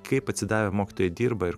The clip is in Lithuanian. kaip atsidavę mokytojai dirba ir